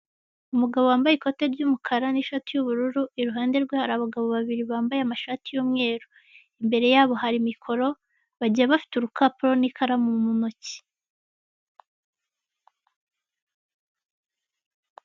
Umugabo wambaye ikotwe ry'umukara n'ishati y'ubururu iruhande rwe hari abagabo bambaye amashati y'umweru. Imbere yabo hari mikoro, bagiye bafite urupapuro n'ikaramu mu ntoki.